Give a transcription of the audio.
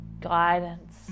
guidance